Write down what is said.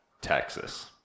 Texas